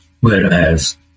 Whereas